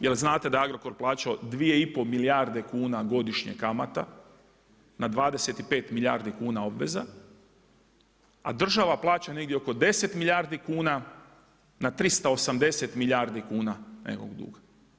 Jer znate da je Agrokor plaćao 2,5 milijarde kn godišnje kamata, na 25 milijardi kuna obveza, a država plaća negdje oko 10 milijardi kuna na 380 milijardi kuna … duga.